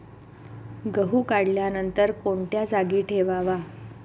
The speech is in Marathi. गहू काढल्यानंतर कोणत्या जागी ठेवावा?